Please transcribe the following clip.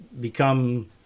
become